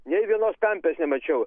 nė vienos pempės nemačiau